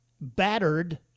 battered